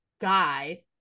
guy